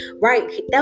right